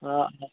অঁ